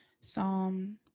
Psalm